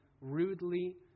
rudely